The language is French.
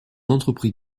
entreprit